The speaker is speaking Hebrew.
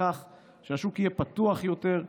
לכך שהשוק יהיה פתוח יותר,